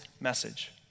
message